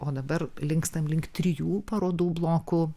o dabar linkstam link trijų parodų blokų